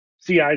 CI